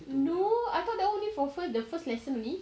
no I thought that [one] only for the first lesson only